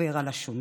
גובר על השונה